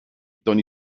tony